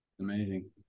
amazing